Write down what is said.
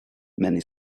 many